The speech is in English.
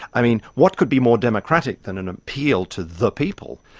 i mean, what could be more democratic than an appeal to the people,